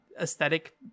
aesthetic